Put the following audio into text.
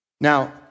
Now